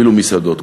אפילו מסעדות.